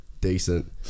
decent